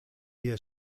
year